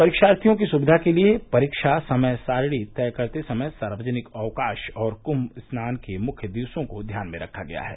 परीक्षार्थियों की सुविधा के लिए परीक्षा समय सारिणी तय करते समय सार्वजनिक अवकाश और कुंभ स्नान के मुख्य दिवसों को ध्यान में रखा गया है